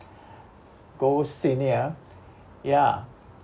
go senior ya